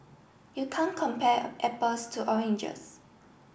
you can't compare apples to oranges